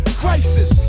crisis